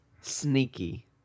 sneaky